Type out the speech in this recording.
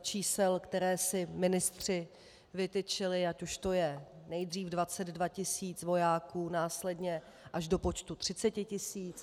čísel, které si ministři vytyčili, ať už to je nejdřív 22 tisíc vojáků, následně až do počtu 30 tisíc.